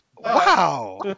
Wow